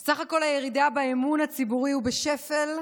בסך הכול הירידה באמון הציבורי, הוא בשפל,